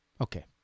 Okay